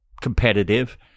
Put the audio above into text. competitive